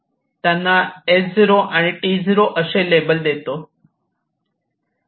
त्यांना S0 आणि T0 असे लेबल देतो